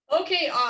Okay